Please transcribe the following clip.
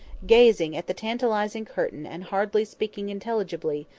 gazing at the tantalising curtain, and hardly speaking intelligibly,